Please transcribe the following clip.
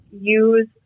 use